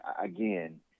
again